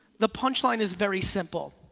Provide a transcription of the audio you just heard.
the punchline is very simple,